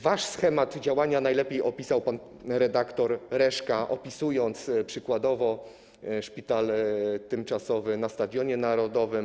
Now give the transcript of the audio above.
Wasz schemat działania najlepiej opisał pan redaktor Reszka, opisując przykładowo szpital tymczasowy na Stadionie Narodowym.